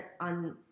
on